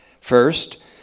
First